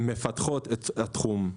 את התחום,